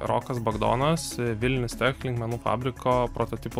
rokas bagdonas vilnius tech linkmenų fabriko prototipų